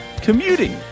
commuting